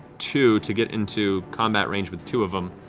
two to get into combat range with two of them.